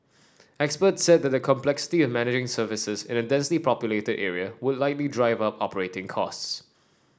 experts said the complexity of managing services in a densely populated area would likely drive up operating costs